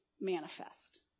manifest